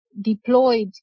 deployed